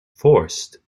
forced